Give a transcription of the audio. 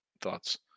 thoughts